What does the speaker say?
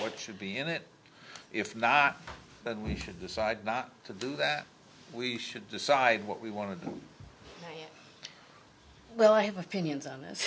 what should be in it if not then we should decide not to do that we should decide what we want to do well i have opinions on this